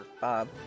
Bob